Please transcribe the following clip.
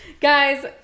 Guys